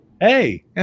hey